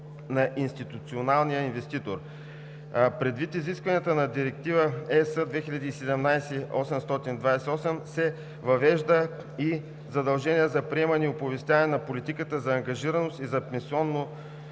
на институционалния инвеститор. Предвид изискванията на Директива (ЕС) 2017/828 се въвежда и задължение за приемане и оповестяване на политика за ангажираност и за